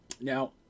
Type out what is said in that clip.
Now